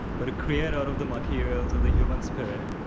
but to create out of the materials of the human spirit,